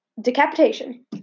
decapitation